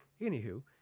Anywho